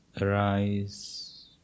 Arise